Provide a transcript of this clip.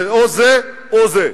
זה או זה או זה.